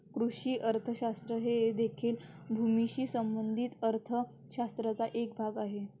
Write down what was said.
कृषी अर्थशास्त्र हे देखील भूमीशी संबंधित अर्थ शास्त्राचा एक भाग आहे